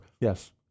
yes